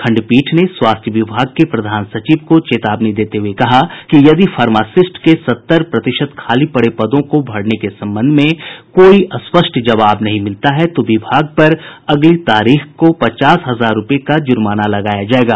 खंडपीठ ने स्वास्थ्य विभाग के प्रधान सचिव को चेतावनी देते हुये कहा कि यदि फार्मासिस्ट के सत्तर प्रतिशत खाली पड़े पदों को भरने के संबंध में कोई स्पष्ट जवाब नहीं मिलता है तो विभाग पर अगली तारीख को पचास हजार रूपये का जुर्माना लगाया जायेगा